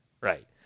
Right